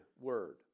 word